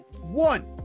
one